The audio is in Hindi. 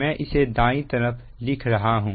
मैं इसे दाईं तरफ लिख रहा हूं